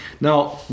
Now